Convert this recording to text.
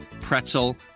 pretzel